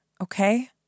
okay